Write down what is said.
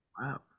Wow